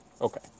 okay